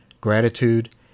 gratitude